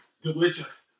Delicious